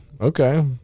Okay